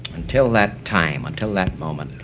until that time, until that moment.